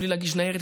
בלי להגיש ניירת.